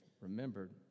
remembered